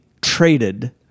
traded